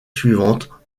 suivantes